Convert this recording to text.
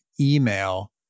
email